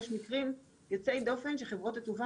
יש מקרים יוצאי דופן שחברות התעופה